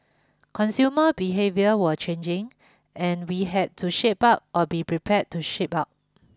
consumer behaviour were changing and we had to shape up or be prepared to ship out